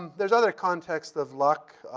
there's other context of luck